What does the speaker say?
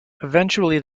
eventually